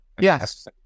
Yes